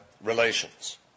relations